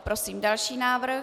Prosím další návrh.